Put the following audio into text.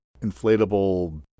inflatable